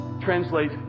translate